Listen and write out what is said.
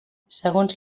segons